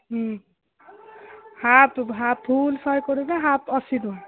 ହୁଁ half full ଶହେ କୋଡ଼ିଏ ଟଙ୍କା ହାପ୍ ଅଶୀ ଟଙ୍କା